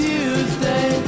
Tuesday